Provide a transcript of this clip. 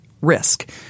risk